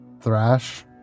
thrash